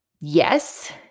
yes